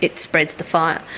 it spreads the fire.